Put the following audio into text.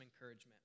encouragement